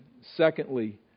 secondly